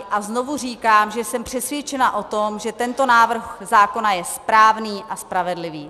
A znovu říkám, že jsem přesvědčena o tom, že tento návrh zákona je správný a spravedlivý.